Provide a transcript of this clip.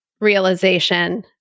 Realization